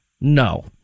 no